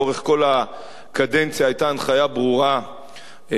לאורך כל הקדנציה היתה הנחיה ברורה לכוחות